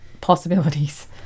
possibilities